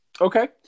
Okay